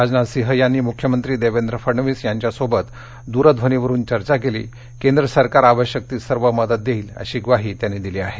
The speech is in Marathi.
राजनाथ सिंह यांनी मुख्यमंत्री देवेंद्र फडणवीस यांच्याशी द्रध्वनीवरून चर्चा केली केंद्र सरकार आवश्यक ती सर्व मदत देईल अशी ग्वाही त्यांनी दिली आहे